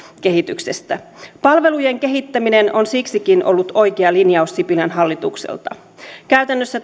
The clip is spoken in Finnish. kehityksestä palvelujen kehittäminen on siksikin ollut oikea linjaus sipilän hallitukselta käytännössä